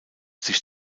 sich